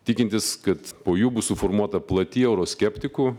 tikintis kad po jų bus suformuota plati euroskeptikų